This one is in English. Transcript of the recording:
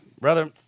Brother